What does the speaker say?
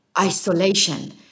isolation